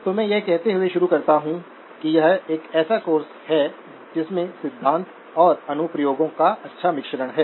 तो में यह कहते हुए सुरु करता हूँ कि यह एक ऐसा कोर्स है जिसमें सिद्धांत और अनुप्रयोगों का अच्छा मिश्रण है